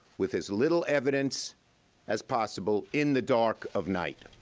with as little evidence as possible in the dark of night.